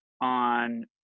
on